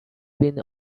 been